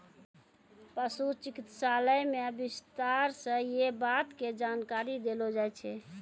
पशु चिकित्सालय मॅ विस्तार स यै बात के जानकारी देलो जाय छै